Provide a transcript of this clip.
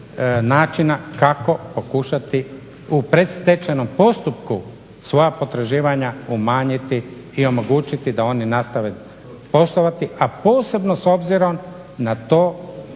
načina kako pokušati u predstečajnom postupku svoja potraživanja umanjiti i omogućiti da oni nastave poslovati, a posebno s obzirom na to